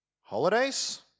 holidays